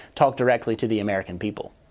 talk directly to the american people.